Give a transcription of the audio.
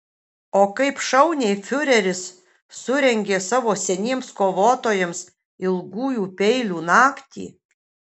o kaip šauniai fiureris surengė savo seniems kovotojams ilgųjų peilių naktį